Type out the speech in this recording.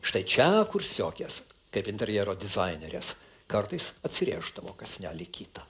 štai čia kursiokės kaip interjero dizainerės kartais atsirėždavo kąsnelį kitą